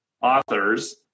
authors